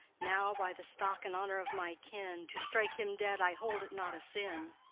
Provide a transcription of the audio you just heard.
now, by the stock and honour of my kin, to strike him dead i hold it not a sin.